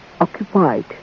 occupied